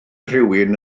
rhywun